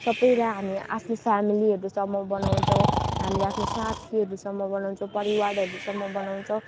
सबैलाई हामी आफ्नो फ्यामिलीहरूसम्म बनाउँछौँ हामीले आफ्नो साथीहरूसम्म बनाउँछौँ परिवारहरूसम्म बनाउँछौँ